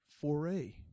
foray